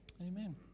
Amen